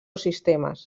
sistemes